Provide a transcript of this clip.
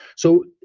so,